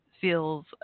feels